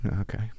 Okay